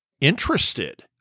interested